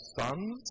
sons